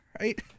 Right